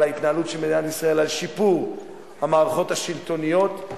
שרבים מאזרחי מדינת ישראל והמשפחות מצפים